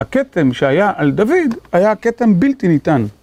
הכתם שהיה על דוד היה כתם בלתי ניתן.